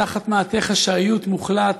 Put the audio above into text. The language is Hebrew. תחת מעטה חשאיות מוחלט,